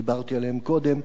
שדיברתי עליהם קודם,